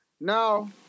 now